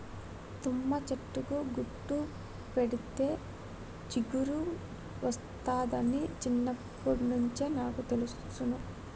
తుమ్మ చెట్టుకు ఘాటు పెడితే జిగురు ఒస్తాదని చిన్నప్పట్నుంచే నాకు తెలుసును